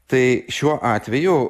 tai šiuo atveju